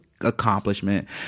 accomplishment